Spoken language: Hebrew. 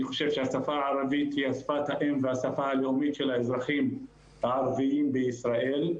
השפה הערבית היא שפת האם והשפה הלאומית של האזרחים הערבים בישראל.